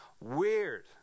weird